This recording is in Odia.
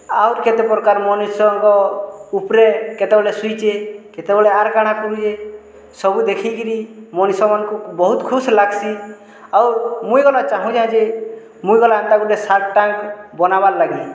ଆହୁରି କେତେ ପ୍ରକାର ମନୁଷ୍ୟଙ୍କ ଉପ୍ରେ କେତେବେଳେ ସୁଇଚେ କେତେବେଳେ ଆର୍ କାଣା କରୁଚେ ସବୁ ଦେଖିକିରି ମଣିଷମାନ୍କୁ ବହୁତ୍ ଖୁସ୍ ଲାଗ୍ସି ଆଉ ମୁଇଁ ଗଲା ଚାହୁଁଚେଁ ଯେ ମୁଇଁ ଗୋଟେ ଏନ୍ତା ସାର୍କ୍ ଟାଙ୍କ୍ ବନାବାର୍ଲାଗି